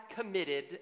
committed